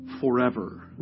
forever